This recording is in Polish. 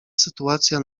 sytuacja